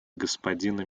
господина